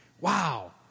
wow